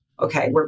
okay